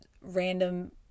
random